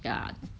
yeah